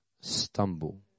stumble